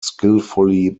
skillfully